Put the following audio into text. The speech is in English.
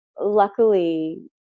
luckily